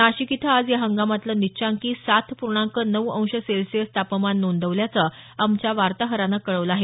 नाशिक इथं आज या हंगामातलं निचांकी सात पूर्णांक नऊ अंश सेल्सिअस तापमान नोंदवलं गेल्याचं आमच्या वार्ताहरानं कळवलं आहे